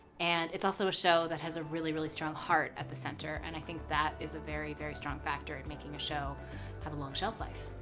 and it's also a show that has a really, really strong heart at the center, and i think that is a very, very strong factor in making a show have a long shelf life.